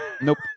Nope